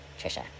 Trisha